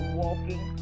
walking